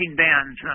bands